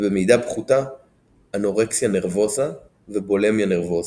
ובמידה פחותה אנורקסיה נרבוזה ובולמיה נרבוזה.